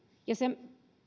se